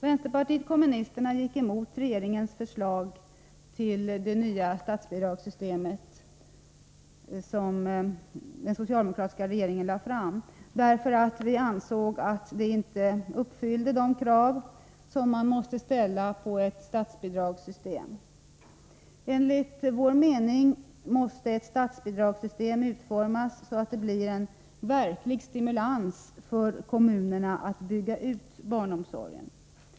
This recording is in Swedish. Vänsterpartiet kommunisterna gick emot det förslag till nytt statsbidragssystem som den socialdemokratiska regeringen lade fram därför att vi ansåg att det inte uppfyllde de krav som man måste ställa på ett statsbidragssystem. Enligt vår mening måste ett statsbidragssystem utformas så att det blir en verklig stimulans för kommunerna att bygga ut barnomsorgen.